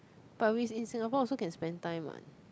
but we in Singapore also can spend time what